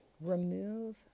remove